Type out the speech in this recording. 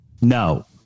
no